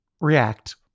react